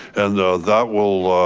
and that will